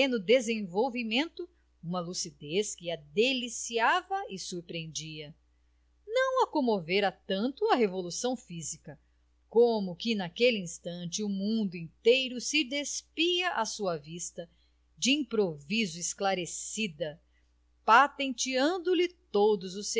desenvolvimento uma lucidez que a deliciava e surpreendia não a comovera tanto a revolução física como que naquele instante o mundo inteiro se despia à sua vista de improviso esclarecida patenteando lhe todos os